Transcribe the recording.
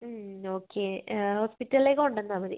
okay ഹോസ്പ്പിറ്റലിലേക്ക് കൊണ്ടെന്നാൽ മതി